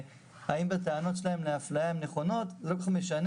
האם הטענות שלהם לאפליה הן נכונות - זה לא כל כך משנה.